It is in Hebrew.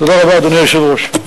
תודה רבה, אדוני היושב-ראש.